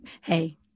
Hey